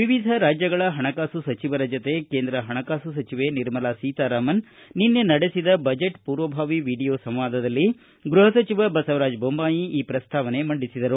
ವಿವಿಧ ರಾಜ್ಯಗಳ ಪಣಕಾಸು ಸಚಿವರ ಜತೆ ಕೇಂದ್ರ ಪಣಕಾಸು ಸಚಿವೆ ನಿರ್ಮಲಾ ಸೀತಾರಾಮನ್ ನಿನ್ನೆ ನಡೆಸಿದ ಬಜೆಟ್ ಪೂರ್ವಭಾವಿ ವಿಡಿಯೊ ಸಂವಾದದಲ್ಲಿ ಗೃಹ ಸಚಿವ ಬಸವರಾಜ ಬೊಮ್ನಾಯಿ ಈ ಪ್ರಸ್ತಾವನೆ ಮಂಡಿಸಿದರು